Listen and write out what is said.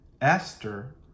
Esther